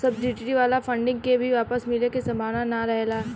subsidy वाला funding के भी वापस मिले के सम्भावना ना रहेला